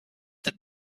that